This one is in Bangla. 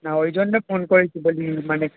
না ওই জন্যে ফোন করেছি বলি মানে